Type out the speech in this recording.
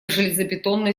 железобетонной